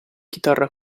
chitarra